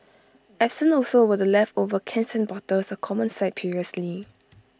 absent also were the leftover cans and bottles A common sight previously